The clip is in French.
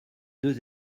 deux